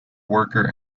worker